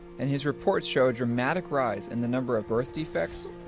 and his reports show dramatic rise in the number of birth defects,